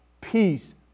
peace